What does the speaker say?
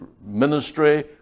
ministry